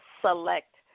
select